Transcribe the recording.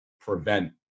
prevent